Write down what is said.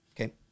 Okay